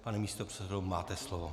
Pane místopředsedo, máte slovo.